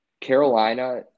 Carolina